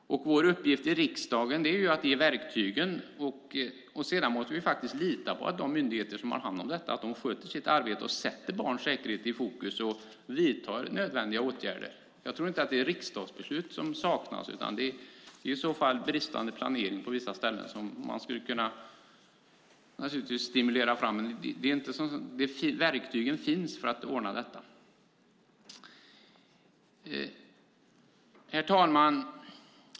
Vår uppgift i riksdagen är att ge verktygen. Sedan måste vi faktiskt lita på att de myndigheter som har hand om detta sköter sitt arbete, sätter barns säkerhet i fokus och vidtar nödvändiga åtgärder. Jag tror inte att det är riksdagsbeslut som saknas, utan det handlar i så fall om bristande planering på vissa ställen. Verktygen finns för att ordna detta. Herr talman!